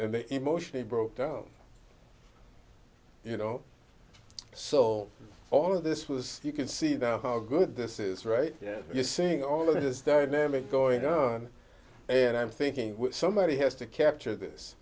they emotionally broke down you know so all of this was you can see the how good this is right you're saying all of this dynamic going on and i'm thinking somebody has to capture this